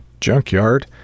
junkyard